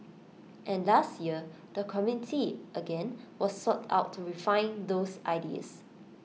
and last year the community again was sought out to refine those ideas